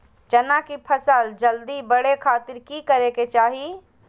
चना की फसल जल्दी बड़े खातिर की करे के चाही?